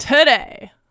Today